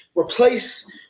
Replace